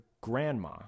grandma